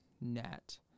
NET